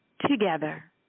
together